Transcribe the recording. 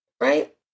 right